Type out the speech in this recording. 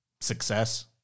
success